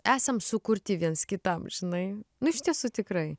esam sukurti viens kitam žinai nu iš tiesų tikrai